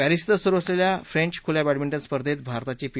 Paris इथं सुरु असलेल्या फ्रेंच खुल्या वॅडमिंटन स्पर्धेत भारताची पी